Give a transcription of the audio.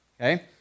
okay